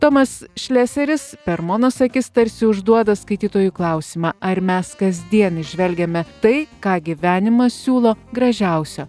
tomas šleseris per monos akis tarsi užduoda skaitytojų klausimą ar mes kasdien įžvelgiame tai ką gyvenimas siūlo gražiausio